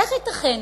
איך ייתכן